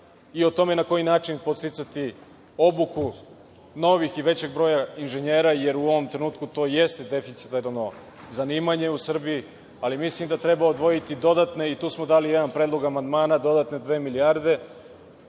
i o tome na koji način podsticati obuku novih i većeg broja inženjera jer u ovom trenutku to jeste deficit na ovo zanimanje u Srbiji, ali mislim da treba odvojiti dodatna i tu smo dali jedan predlog amandmana, dodatne dve milijarde